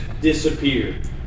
disappeared